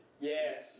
Yes